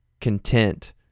content